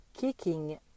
kicking